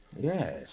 Yes